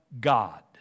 God